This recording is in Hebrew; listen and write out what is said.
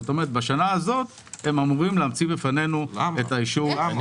כלומר בשנה הזאת הם אמורים להמציא בפנינו רק את האישור.